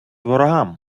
ворогам